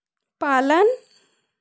पालन